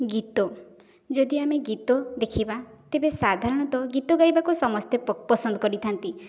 ଗୀତ ଯଦି ଆମେ ଗୀତ ଦେଖିବା ତେବେ ସାଧାରଣତଃ ଗୀତ ଗାଇବାକୁ ସମସ୍ତେ ପସନ୍ଦ କରିଥାନ୍ତି